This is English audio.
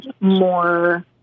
more